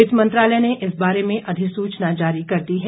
वित्त मंत्रालय ने इस बारे में अधिसूचना जारी कर दी है